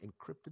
encrypted